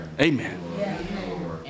Amen